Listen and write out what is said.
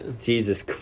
jesus